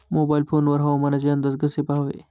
Mobile phone वर हवामानाचे अंदाज कसे पहावे?